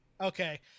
Okay